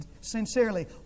sincerely